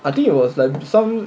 I think it was like some